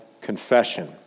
confession